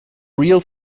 real